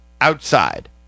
outside